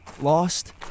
Lost